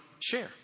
share